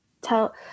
tell